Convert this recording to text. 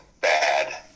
bad